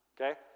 okay